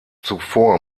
zuvor